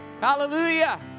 Hallelujah